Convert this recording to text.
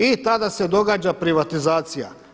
I tada se događa privatizacija.